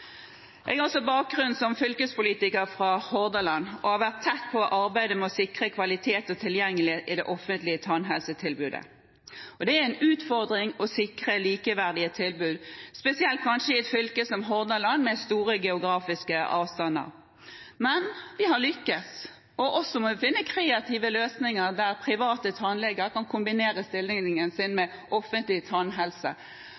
Jeg har også bakgrunn som fylkespolitiker fra Hordaland og har vært tett på arbeidet med å sikre kvalitet og tilgjengelighet i det offentlige tannhelsetilbudet. Det er en utfordring å sikre likeverdige tilbud, spesielt kanskje i et fylke som Hordaland med store geografiske avstander. Men vi har lyktes, også med å finne kreative løsninger der private tannleger kan kombinere stillingen sin med offentlig tannhelse